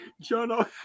John